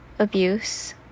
abuse